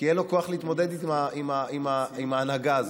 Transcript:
כי אין לו כוח להתמודד עם ההנהגה הזאת.